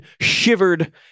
Shivered